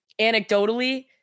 anecdotally